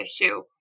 issue